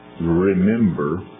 remember